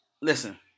Listen